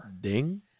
Ding